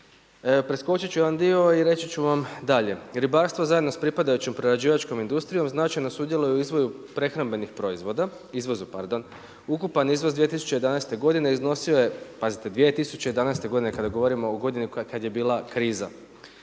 Preskočit ću jedan dio i reći ću vam dalje. Ribarstvo zajedno sa pripadajućom prerađivačkom industrijom značajno sudjeluju i izvozu prehrambenih proizvoda, ukupan iznos 2011. godine iznosio je, pazite 2011. godine, kada govorimo o godini kada je bila kriza,